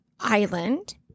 island